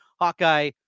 Hawkeye